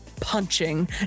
punching